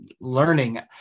learning